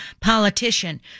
Politician